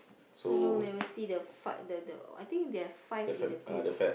so long never see the fa~ the the I think they have five in a group